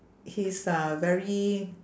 he's a very